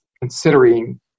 considering